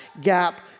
gap